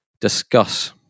discuss